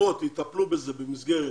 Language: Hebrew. הישיבות יטפלו בזה במסגרת